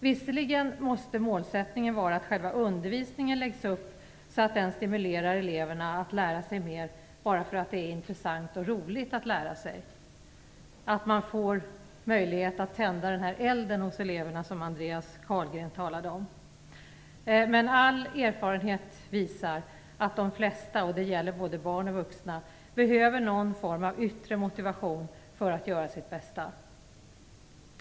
Visserligen måste målsättningen vara att själva undervisningen läggs upp så att den stimulerar eleverna att lära sig mer bara för att det är intressant och roligt att lära sig. Man måste få möjlighet att tända den eld hos eleverna som Andreas Carlgren talade om. Men all erfarenhet visar att de flesta - det gäller både barn och vuxna - behöver någon form av yttre motivation för att göra sitt bästa.